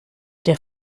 der